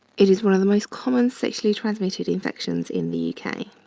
it is one of the most common sexually transmitted infections in the kind of